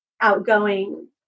outgoing